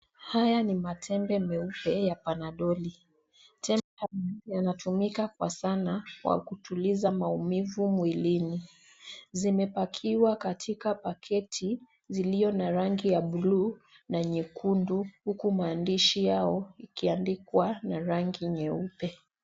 Haya ni matembe meupe ya panadoli ,tembe zinatumika kwa sana kwa kutuliza maumivu mwilini. Zimepakiwa katika paketi zilio na rangi ya buluu na nyekundu, huku maandishi yao yakiandikwa na rangi nyeupe.